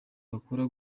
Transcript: bakora